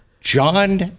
John